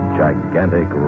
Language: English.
gigantic